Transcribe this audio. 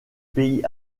pays